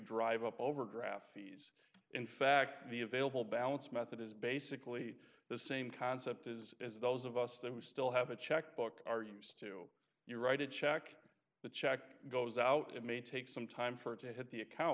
drive up overdraft fees in fact the available balance method is basically the same concept is as those of us that we still have a checkbook are used to you write a check the check goes out it may take some time for it to hit the account